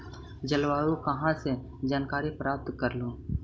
जलवायु कहा से जानकारी प्राप्त करहू?